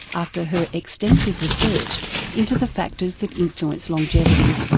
after her extensive research into the factors that influence longevity.